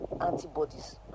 antibodies